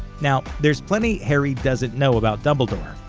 now, there's plenty harry doesn't know about dumbledore,